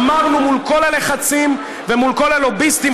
אמרנו מול כל הלחצים ומול כל הלוביסטים,